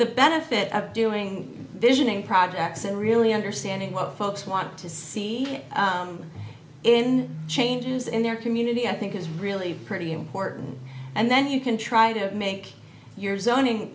the benefit of doing this in a projects and really understanding what folks want to see in changes in their community i think is really pretty important and then you can try to make your zon